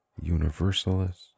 universalist